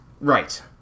right